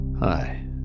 Hi